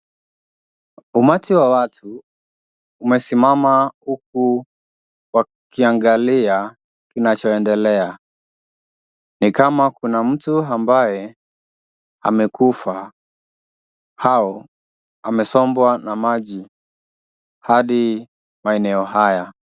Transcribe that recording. Umati wa watu umesimama huku wakiangalia kinacho endelea. Ni kama kuna mtu ambaye amekufa au amesombwa na maji hadi maeneo haya.